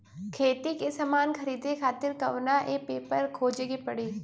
खेती के समान खरीदे खातिर कवना ऐपपर खोजे के पड़ी?